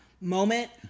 moment